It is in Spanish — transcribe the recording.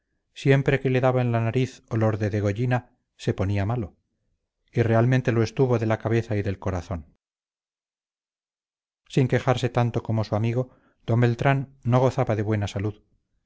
siempre que le daba en la nariz olor de degollina se ponía malo y realmente lo estuvo de la cabeza y del corazón sin quejarse tanto como su amigo d beltrán no gozaba de buena salud